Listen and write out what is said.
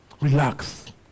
Relax